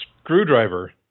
Screwdriver